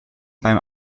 beim